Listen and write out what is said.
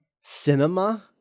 cinema